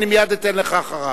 אני אתן לך מייד אחריו.